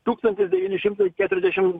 tūkstantis devyni šimtai keturiasdešimt